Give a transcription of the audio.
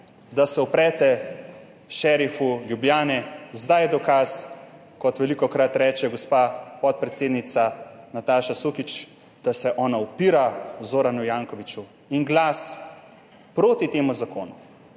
da se uprete šerifu Ljubljane, zdaj je dokaz, kot velikokrat reče gospa podpredsednica Nataša Sukič, da se ona upira Zoranu Jankoviću. Glas proti temu zakonu